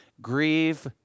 Grieve